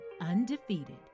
undefeated